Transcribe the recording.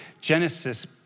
Genesis